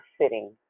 sitting